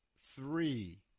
three